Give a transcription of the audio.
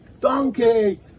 donkey